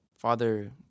Father